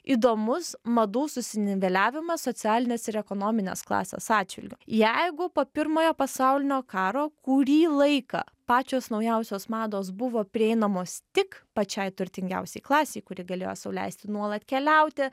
įdomus madų susiniveliavimas socialinės ir ekonominės klasės atžvilgiu jeigu po pirmojo pasaulinio karo kurį laiką pačios naujausios mados buvo prieinamos tik pačiai turtingiausiai klasei kuri galėjo sau leisti nuolat keliauti